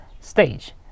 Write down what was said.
stage